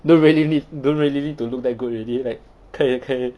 don't really need don't really need to look that good already like 可以可以